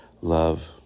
love